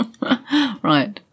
Right